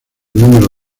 número